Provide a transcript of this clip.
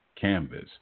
Canvas